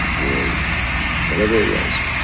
or whatever it was,